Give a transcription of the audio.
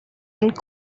and